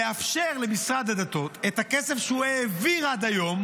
לאפשר למשרד הדתות, את הכסף שהוא העביר עד היום